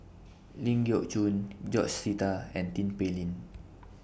Ling Geok Choon George Sita and Tin Pei Ling